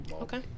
okay